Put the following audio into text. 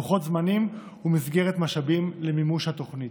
לוחות זמנים ומסגרת משאבים למימוש התוכנית.